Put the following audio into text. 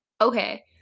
okay